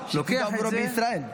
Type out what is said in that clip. לוקח את זה --- הפקידו עבורו בישראל.